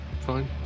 fine